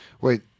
Wait